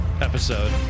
episode